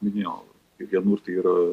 minėjau vienur tai yra